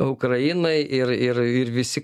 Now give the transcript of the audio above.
ukrainai ir ir ir visi